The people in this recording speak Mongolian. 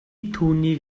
түүнийг